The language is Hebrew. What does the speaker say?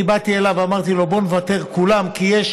אני באתי אליו ואמרתי לו: בוא נוותר כולם כי יש